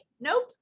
nope